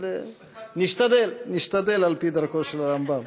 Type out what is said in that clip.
אבל נשתדל, נשתדל על-פי דרכו של הרמב"ם.